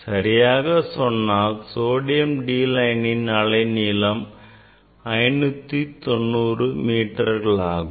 சரியாகச் சொன்னால் D linesன் அலைநீளம் 590 மீட்டர்களாகும்